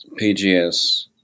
PGS